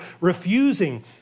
refusing